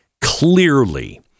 clearly